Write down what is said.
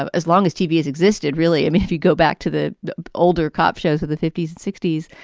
ah as long as tv has existed, really, i mean, if you go back to the older cop shows of the fifty s and sixty s,